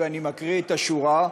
ואני מקריא את השורה: